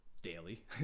Daily